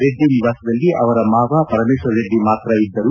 ರೆಡ್ಡಿ ನಿವಾಸದಲ್ಲಿ ಅವರ ಮಾವ ಪರಮೇಶ್ವರ ರೆಡ್ಡಿ ಮಾತ್ರ ಇದ್ದರು